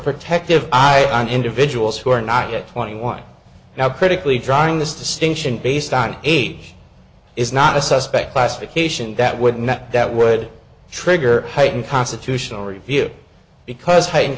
protective i on individuals who are not get twenty one now critically driving this distinction based on age is not a suspect classification that would net that would trigger heightened constitutional review because heightened